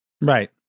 Right